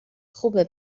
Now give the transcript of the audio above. خوبه